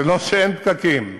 זה לא שאין פקקים.